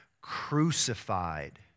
crucified